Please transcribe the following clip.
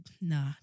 nah